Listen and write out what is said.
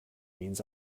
means